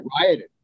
rioted